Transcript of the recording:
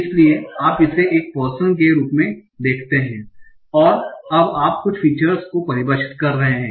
इसलिए आप इसे एक पर्सन के रूप में देखते हैं और अब आप कुछ फीचर्स को परिभाषित कर रहे हैं